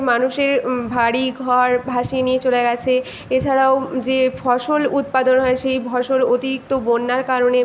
মানুষের বাড়ি ঘর ভাসিয়ে নিয়ে চলে গিয়েছে এছাড়াও যে ফসল উৎপাদন হয় সেই ফসল অতিরিক্ত বন্যার কারণে